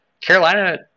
Carolina